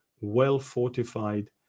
well-fortified